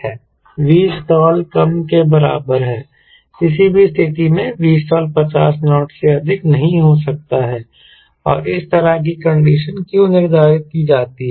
Vstall कम के बराबर है किसी भी स्थिति में Vstall 50 नॉट से अधिक नहीं हो सकता है और इस तरह की कंडीशन क्यों निर्धारित की जाती है